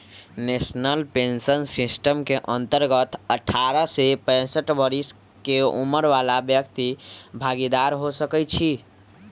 national pension system के अंतर्गत अठारह से पैंसठ बरिश के उमर बला व्यक्ति भागीदार हो सकइ छीन्ह